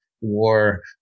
war